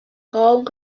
raum